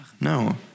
No